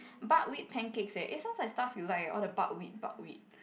buckwheat pancakes eh it sounds like the stuff you like eh all the buckwheat buckwheat